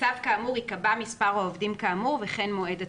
בצו כאמור ייקבע מספר העובדים כאמור וכן מועד התחילה.